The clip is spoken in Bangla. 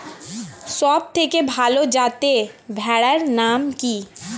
সবথেকে ভালো যাতে ভেড়ার নাম কি?